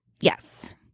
Yes